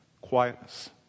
quietness